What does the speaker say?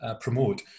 promote